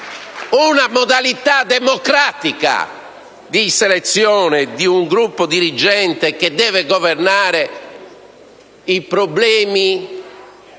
una modalità democratica di selezione di un gruppo dirigente che deve governare i problemi